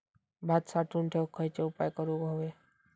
भात साठवून ठेवूक खयचे उपाय करूक व्हये?